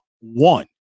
one